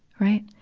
right.